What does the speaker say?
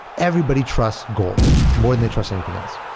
everybody trusts gold more than they trust anything else.